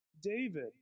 David